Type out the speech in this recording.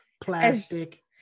plastic